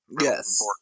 Yes